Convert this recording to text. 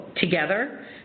together